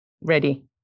ready